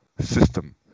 system